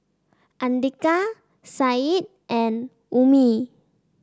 Andika Said and Ummi